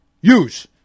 use